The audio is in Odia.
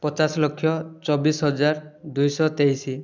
ପଚାଶ ଲକ୍ଷ ଚବିଶ ହଜାର ଦୁଇଶହ ତେଇଶ